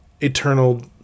eternal